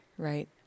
right